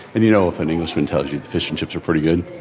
and you know, if an englishman tells you the fish and chips are pretty good,